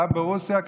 כאב ברוסיה,